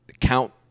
count